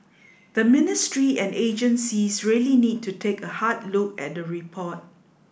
the ministry and agencies really need to take a hard look at the report